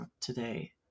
today